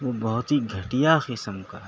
وہ بہت ہی گھٹیا قسم کا ہے